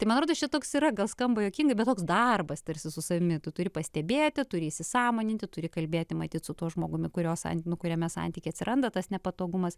tai man rodos čia toks yra gal skamba juokingai bet toks darbas tarsi su savimi tu turi pastebėti turi įsisąmoninti turi kalbėti matyt su tuo žmogumi kurio santykiai nu kuriame santykiai atsiranda tas nepatogumas